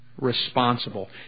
responsible